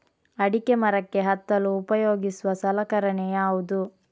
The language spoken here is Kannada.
ಅಡಿಕೆ ಮರಕ್ಕೆ ಹತ್ತಲು ಉಪಯೋಗಿಸುವ ಸಲಕರಣೆ ಯಾವುದು?